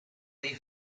dei